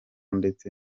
ndetse